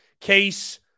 case